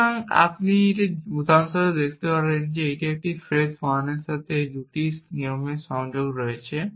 সুতরাং আপনি উদাহরণস্বরূপ দেখতে পারেন এই এক ফ্রেজ ওয়ানটির সাথে এই দুটি নিয়মের সংযোগ রয়েছে